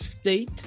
state